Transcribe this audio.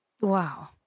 Wow